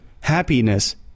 Happiness